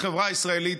לחברה הישראלית,